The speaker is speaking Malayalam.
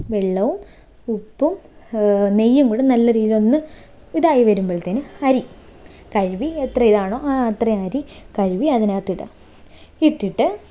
വെള്ളവും ഉപ്പും നെയ്യും കൂടെ നല്ല രീതിയിൽ ഒന്ന് ഇതായി വരമ്പോഴത്തേനും അരി കഴുകി എത്രയാണോ ആ അത്രയും അരി കഴുകി അതിനകത്ത് ഇടുക ഇട്ടിട്ട്